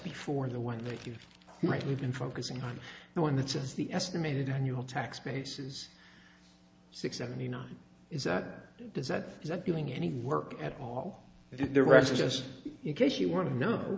before the one that you might we've been focusing on the one that says the estimated annual tax base is six seventy nine is that does that not doing any work at all the rest just in case you want to know